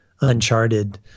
uncharted